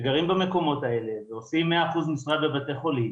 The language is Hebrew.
שגרים במקומות האלו ועושים 100% משרה בבתי חולים